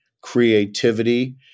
creativity